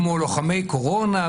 כמו לוחמי קורונה,